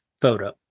photo